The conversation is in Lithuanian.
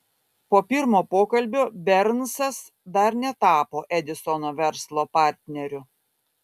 po pirmo pokalbio bernsas dar netapo edisono verslo partneriu